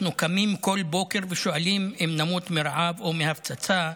אנחנו קמים כל בוקר ושואלים אם נמות מרעב או מהפצצה,